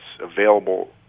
available